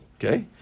Okay